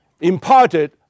imparted